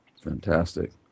Fantastic